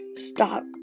stop